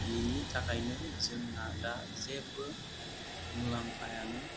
बिनि थाखायनो जोंहा दा जेबो मुलाम्फायानो